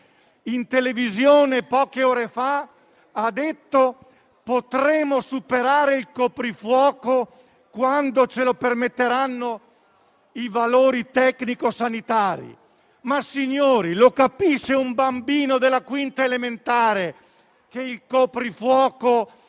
in televisione che potremo superare il coprifuoco quando ce lo permetteranno i valori tecnico-sanitari. Signori, lo capisce un bambino di quinta elementare che il coprifuoco